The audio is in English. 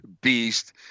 beast